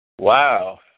Wow